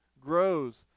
grows